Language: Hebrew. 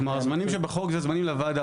כלומר הזמנים שבחוק זה זמנים לוועדה,